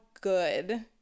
good